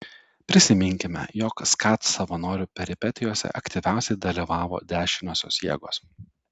prisiminkime jog skat savanorių peripetijose aktyviausiai dalyvavo dešiniosios jėgos